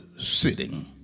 sitting